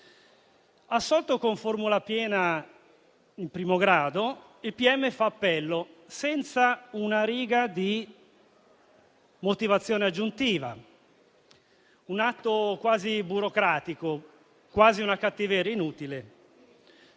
Assolto con formula piena in primo grado, il pubblico ministero fa appello senza una riga di motivazione aggiuntiva, un atto quasi burocratico, quasi una cattiveria inutile,